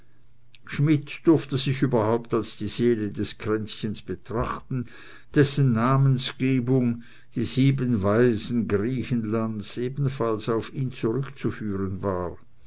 schmidt durfte sich überhaupt als die seele des kränzchens betrachten dessen namensgebung die sieben waisen griechenlands ebenfalls auf ihn zurückzuführen war